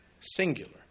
singular